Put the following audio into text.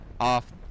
off